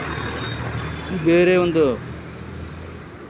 ಬೇರೆ ಒಂದು